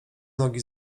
nogi